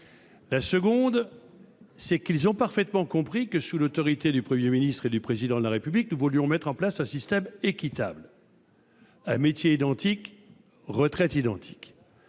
Ils ont également parfaitement compris que, sous l'autorité du Premier ministre et du Président de la République, nous voulions mettre en place un système équitable : à métier identique, retraite identique.